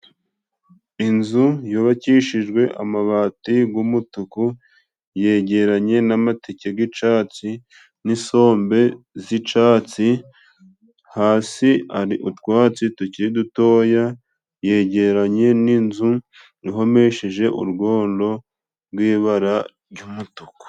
Inzu yubakishijwe amabati g'umutuku yegeranye n'amateke g'icatsi n'isombe z'icatsi, hasi hari utwatsi tukiri dutoya, yegeranye n'inzu ihomesheje urwondo rw'ibara ry'umutuku.